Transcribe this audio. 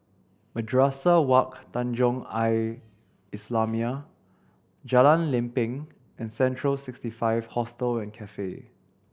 Madrasah Wak Tanjong Al Islamiah Jalan Lempeng and Central Sixty Five Hostel and Cafe